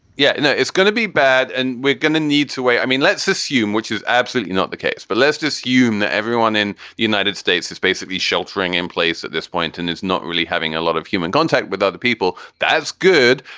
yeah, know it's gonna be bad and we're going to need to wait. i mean, let's assume, which is absolutely not the case, but let's assume that everyone in the united states is basically sheltering in place at this point and it's not really having a lot of human contact with other people. that's good.